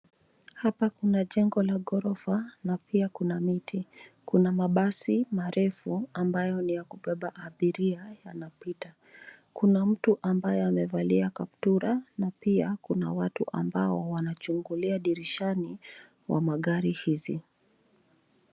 Hapa kuna jengo la ghorofa na pia kuna miti, kuna mabasi marefu ambayo ni ya kubeba abiria yanapita, kuna mtu amabaye amevalia kaptura na pia kuna watu ambao wanachungulia dirishani wa magari hizi.